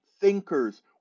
thinkers